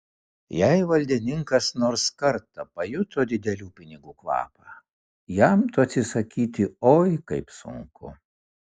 jei valdininkas nors kartą pajuto didelių pinigų kvapą jam to atsisakyti oi kaip sunku